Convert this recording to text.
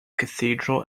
cathedral